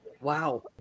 Wow